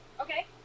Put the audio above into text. Okay